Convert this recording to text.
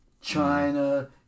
China